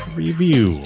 review